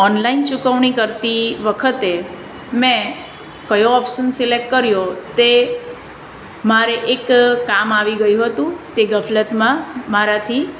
online ચૂકવણી કરતી વખતે મેં કયો ઓપ્સન સિલેકટ કર્યો તે મારે એક કામ આવી ગયું હતું તે ગફલતમાં મારાથી